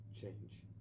change